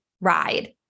ride